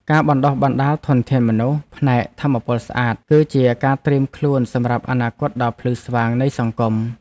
ការបណ្តុះបណ្តាលធនធានមនុស្សផ្នែកថាមពលស្អាត គឺជាការត្រៀមខ្លួនសម្រាប់អនាគតដ៏ភ្លឺស្វាងនៃសង្គម។